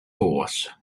horse